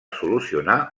solucionar